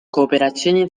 cooperazione